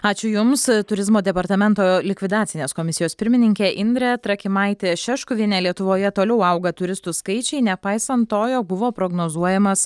ačiū jums turizmo departamento likvidacinės komisijos pirmininkė indrė trakimaitė šeškuvienė lietuvoje toliau auga turistų skaičiai nepaisant to jog buvo prognozuojamas